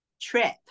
trip